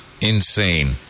Insane